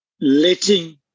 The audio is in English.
letting